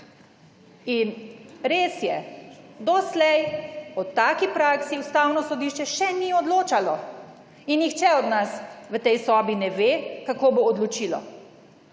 Res je, doslej o taki praksi Ustavno sodišče še ni odločalo in nihče od nas v tej sobi ne ve, kako bo odločilo.